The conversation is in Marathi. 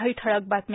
काही ठळक बातम्या